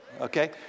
Okay